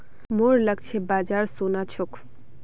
मोर लक्ष्य बाजार सोना छोक